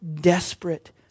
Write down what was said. desperate